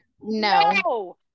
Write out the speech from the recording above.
No